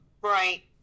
Right